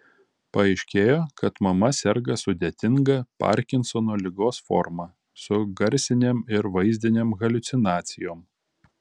paaiškėjo kad mama serga sudėtinga parkinsono ligos forma su garsinėm ir vaizdinėm haliucinacijom